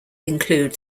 include